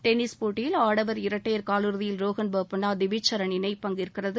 tennis போட்டிகளில் ஆடவர் இரட்டையர் காலிறுதியில் ரோகன் போப்பன்னா திவிக் சரண் இணை பங்கேற்கிறது